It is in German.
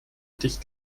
dich